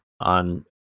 on